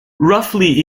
roughly